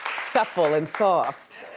supple and soft.